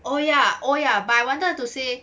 oh ya oh ya but I wanted to say